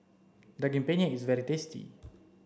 Daging Penyet is very tasty